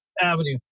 avenue